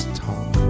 talk